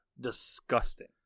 disgusting